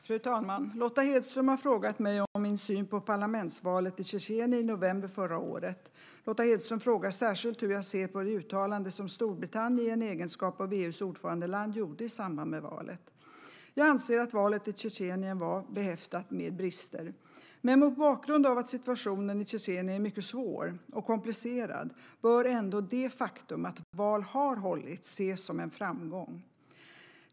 Fru talman! Lotta Hedström har frågat mig om min syn på parlamentsvalet i Tjetjenien i november förra året. Lotta Hedström frågar särskilt hur jag ser på det uttalande som Storbritannien, i egenskap av EU:s ordförandeland, gjorde i samband med valet. Jag anser att valet i Tjetjenien var behäftat med brister. Men mot bakgrund av att situationen i Tjetjenien är mycket svår och komplicerad bör ändå det faktum att val har hållits ses som en framgång.